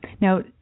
Now